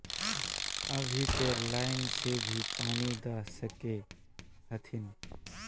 अभी ते लाइन से भी पानी दा सके हथीन?